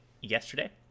yesterday